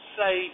say